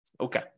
Okay